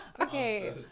Okay